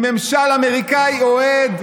עם ממשל אמריקני אוהד,